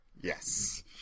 yes